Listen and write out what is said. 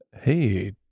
Hey